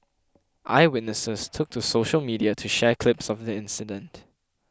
eyewitnesses took to social media to share clips of the incident